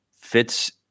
fits